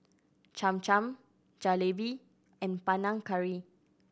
Cham Cham Jalebi and Panang Curry